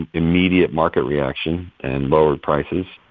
immediate market reaction and lowered prices.